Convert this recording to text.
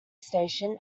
station